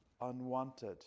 unwanted